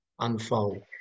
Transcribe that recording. unfold